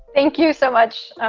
thank you so much.